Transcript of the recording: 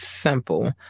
simple